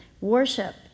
Worship